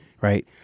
Right